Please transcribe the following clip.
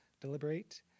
deliberate